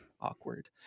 awkward